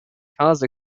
cause